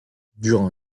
durant